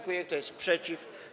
Kto jest przeciw?